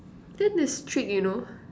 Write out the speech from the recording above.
then there's streak you know